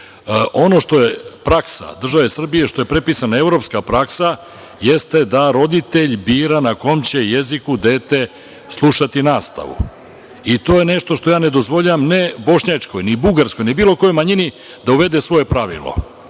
što je praksa države Srbije, što je pripisana evropska praksa jeste da roditelj bira na kom će jeziku dete slušati nastavu. To je nešto što ne dozvoljavam, ne bošnjačkoj, ni bugarskoj, ni bilo kojoj manjini da uvede svoje pravilo.